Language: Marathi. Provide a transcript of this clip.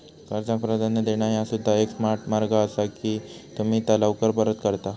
कर्जाक प्राधान्य देणा ह्या सुद्धा एक स्मार्ट मार्ग असा की तुम्ही त्या लवकर परत करता